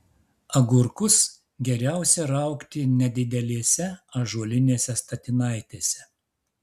agurkus geriausia raugti nedidelėse ąžuolinėse statinaitėse